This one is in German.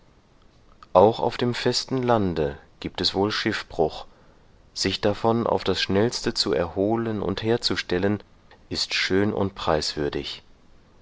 auch auf dem festen lande gibt es wohl schiffbruch sich davon auf das schnellste zu erholen und herzustellen ist schön und preiswürdig